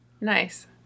Nice